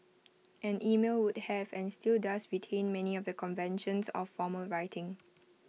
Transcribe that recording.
and email would have and still does retain many of the conventions of formal writing